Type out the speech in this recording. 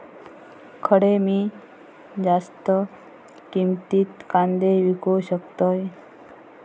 खडे मी जास्त किमतीत कांदे विकू शकतय?